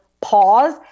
pause